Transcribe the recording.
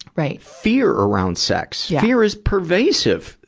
right. fear around sex. fear is pervasive,